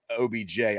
OBJ